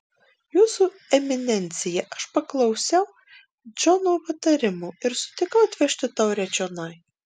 jūsų eminencija aš paklausiau džono patarimo ir sutikau atvežti taurę čionai